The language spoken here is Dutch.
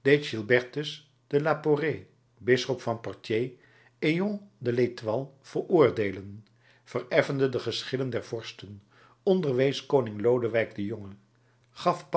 deed gilbertus de la porée bisschop van poitiers eon de l'etoile veroordeelen vereffende de geschillen der vorsten onderwees koning lodewijk den jonge gaf